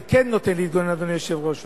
זה כן נותן להתגונן, אדוני היושב-ראש.